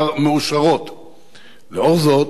לאור זאת,